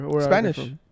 Spanish